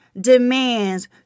demands